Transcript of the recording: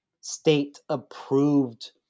state-approved